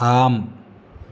आम्